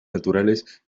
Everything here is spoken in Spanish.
naturales